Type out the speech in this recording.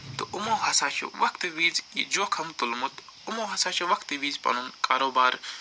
تہٕ یِمو ہَسا چھِ وقتہٕ وِزِ یہِ جوکھم تُلمُت یِمو ہَسا چھِ وقتہٕ وِزِ پنُن کاروبار